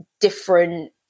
different